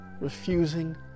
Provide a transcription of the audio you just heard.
refusing